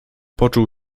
poczuł